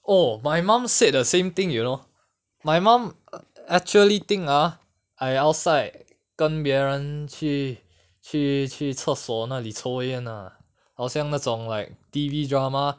oh my mom said the same thing you know my mom actually think ah I outside 跟别人去去去厕所那里抽烟 ah 好像那种 like T_V drama